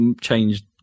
changed